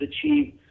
achieve